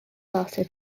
lasted